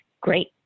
great